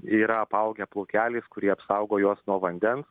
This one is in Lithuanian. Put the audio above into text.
yra apaugę plaukeliais kurie apsaugo juos nuo vandens